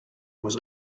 was